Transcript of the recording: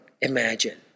imagine